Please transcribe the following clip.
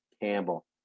Campbell